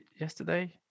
yesterday